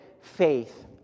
faith